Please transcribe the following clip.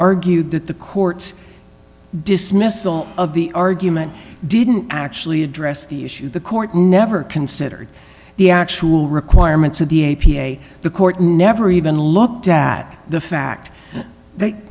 argued that the court's dismissal of the argument didn't actually address the issue the court never considered the actual requirements of the a p a the court never even looked at the fact th